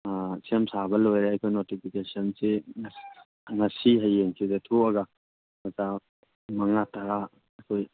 ꯁꯦꯝꯁꯥꯕ ꯂꯣꯏꯔꯦ ꯑꯩꯈꯣꯏ ꯅꯣꯇꯤꯐꯤꯀꯦꯁꯟꯁꯤ ꯉꯁꯤ ꯍꯌꯦꯡꯁꯤꯗ ꯊꯣꯛꯑꯒ ꯑꯣꯖꯥ ꯃꯉꯥ ꯇꯔꯥ ꯑꯩꯈꯣꯏ